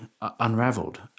unraveled